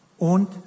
und